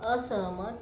असहमत